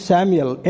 Samuel